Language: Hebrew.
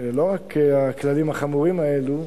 לא רק הכללים החמורים האלה,